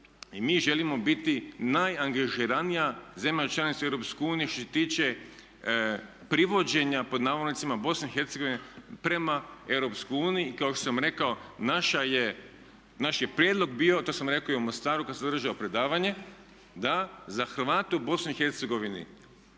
i mi želimo biti najangažiranija zemlja članica u EU što se tiče privođenja pod navodnicima Bosne i Hercegovine prema EU. I kao što sam rekao naš je prijedlog bio, to sam rekao i u Mostaru kad sam održao predavanje, da za Hrvate u BiH europski